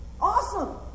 Awesome